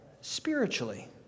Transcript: spiritually